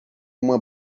uma